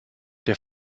der